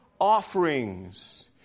offerings